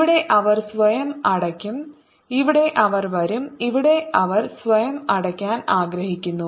ഇവിടെ അവർ സ്വയം അടയ്ക്കും ഇവിടെ അവർ വരും ഇവിടെ അവർ സ്വയം അടയ്ക്കാൻ ആഗ്രഹിക്കുന്നു